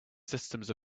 systems